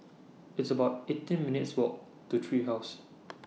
It's about eighteen minutes' Walk to Tree House